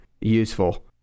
useful